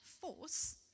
force